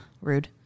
Rude